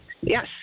Yes